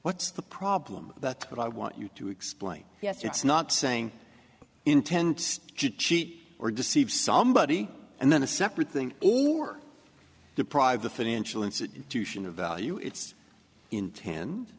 what's the problem that's what i want you to explain yes it's not saying intend to cheat or deceive somebody and then a separate thing or deprive the financial institution of the u it's in